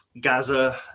Gaza